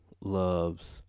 loves